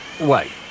Wait